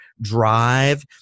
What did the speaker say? drive